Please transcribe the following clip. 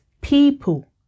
people